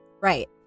right